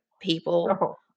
people